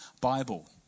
Bible